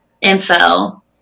info